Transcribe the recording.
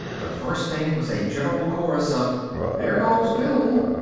the first thing was a general chorus of there goes bill!